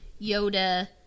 Yoda